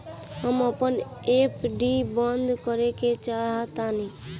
हम अपन एफ.डी बंद करेके चाहातानी